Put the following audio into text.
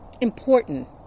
important